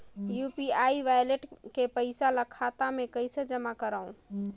UPI wallet के पईसा ल खाता मे कइसे जमा करव?